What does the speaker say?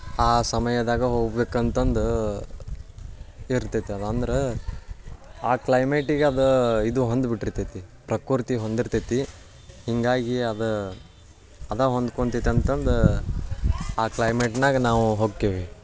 ಆ ಸಮಯದಾಗ ಹೋಗಬೇಕಂತಂದು ಇರ್ತೈತೆ ಅದು ಅಂದ್ರೆ ಆ ಕ್ಲೈಮೆಟಿಗೆ ಅದು ಇದು ಹೊಂದಿ ಬಿಟ್ಟಿರ್ತೈತೆ ಪ್ರಕೃತಿ ಹೊಂದಿರ್ತೈತಿ ಹಿಂಗಾಗಿ ಅದ ಅದು ಹೊಂದ್ಕೊಂತಿತ್ತು ಅಂತಂದು ಆ ಕ್ಲೈಮೆಟಿನಾಗ ನಾವು ಹೋಕ್ಕಿವಿ